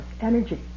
energy